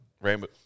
rambo